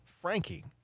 Frankie